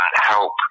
help